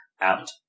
out